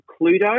Cluedo